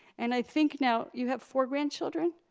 and i think now you have four grandchildren?